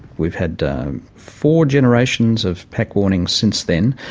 we've had four generations of pack warnings since then,